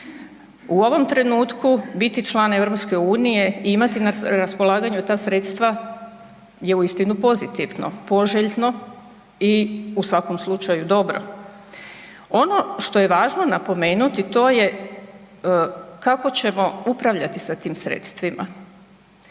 U ovom trenutku biti član EU i imati na raspolaganju ta sredstva je uistinu pozitivno, poželjno i u svakom slučaju dobro. Ono što je važno napomenuti to je kako ćemo upravljati sa tim sredstvima.